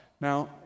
now